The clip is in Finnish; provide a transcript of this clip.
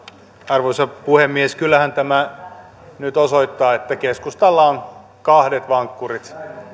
arvoisa puhemies kyllähän tämä nyt osoittaa että keskustalla on kahdet vankkurit